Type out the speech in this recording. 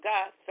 God